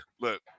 look